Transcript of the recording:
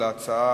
בעד,